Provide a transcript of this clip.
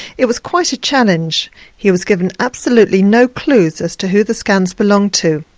it was quite a challenge he was given absolutely no clues as to who the scans belonged to.